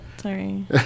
Sorry